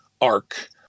arc